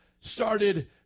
started